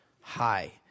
hi